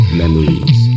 memories